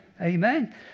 Amen